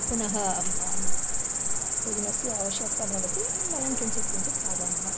पुनः भोजनस्य आवश्यक्ता भवति वयं किञ्चित् किञ्चित् खादामः